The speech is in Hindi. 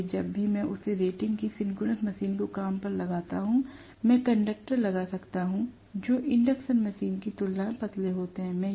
इसलिए जब भी मैं उसी रेटिंग की सिंक्रोनस मशीन को काम पर लगाता हूं मैं कंडक्टर लगा सकता हूं जो इंडक्शन मशीन की तुलना में पतले होते हैं